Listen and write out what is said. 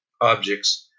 objects